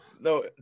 No